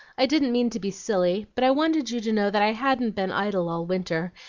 i didn't mean to be silly but i wanted you to know that i hadn't been idle all winter,